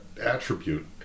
attribute